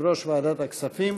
יושב-ראש ועדת הכספים,